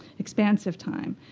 expansive time.